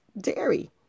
dairy